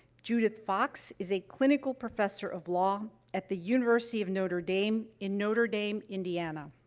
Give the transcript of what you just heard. judith fox is a clinical professor of law at the university of notre dame in notre dame, indiana.